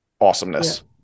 Awesomeness